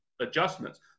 adjustments